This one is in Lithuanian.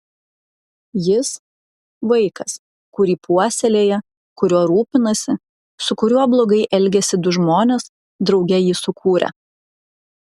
jis vaikas kurį puoselėja kuriuo rūpinasi su kuriuo blogai elgiasi du žmonės drauge jį sukūrę